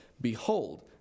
behold